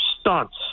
stunts